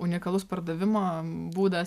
unikalus pardavimo būdas